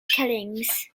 killings